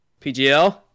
PGL